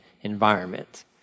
environment